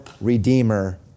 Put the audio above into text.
Redeemer